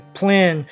plan